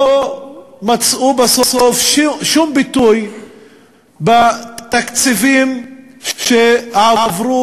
לא מצאו בסוף שום ביטוי בתקציבים שעברו